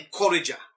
encourager